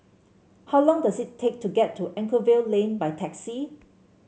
how long does it take to get to Anchorvale Lane by taxi